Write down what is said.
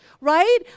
right